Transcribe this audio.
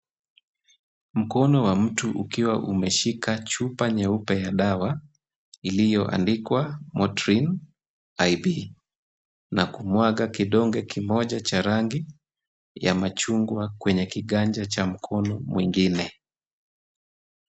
Mkono wa mtu ukiwa umeshika chupa nyeupe ya dawa iliyoandikwa Motrin IV na kumwaga kidonge kimoja cha rangi ya machungwa kwenye kiganja cha mkono mwingine.